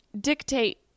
dictate